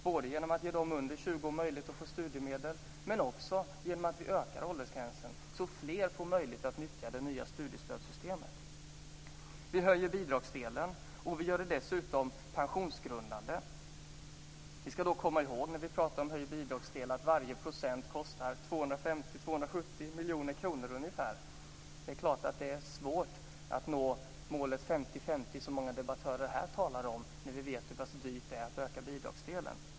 Vi ger dem under 20 år möjlighet att få studiemedel och vi ökar åldersgränsen så att fler får möjlighet att nyttja det nya studiestödssystemet. Vi höjer bidragsdelen, och vi gör det dessutom pensionsgrundande. När vi pratar om höjd bidragsdel ska vi dock komma ihåg att varje procent kostar ungefär 250-270 miljoner kronor. Det är klart att det är svårt att nå målet 50/50 som många debattörer här talar om när vi vet hur pass dyrt det är att öka bidragsdelen.